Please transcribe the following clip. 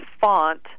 font